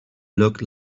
look